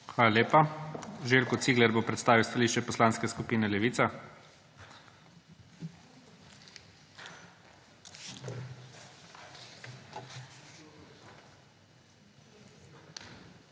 Hvala lepa. Željko Cigler bo predstavil stališče Poslanske skupine Levica.